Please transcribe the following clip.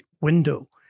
window